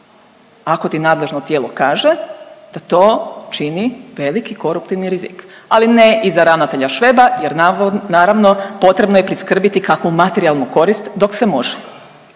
ako ti nadležno tijelo kaže da to čini veliki koruptivni rizik, ali ne i za ravnatelja Šveba jer naravno potrebno je priskrbiti kakvu materijalnu korist dok se može.